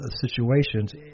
situations